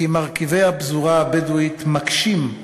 כי מרכיבי הפזורה הבדואית מקשים את